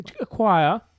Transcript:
Acquire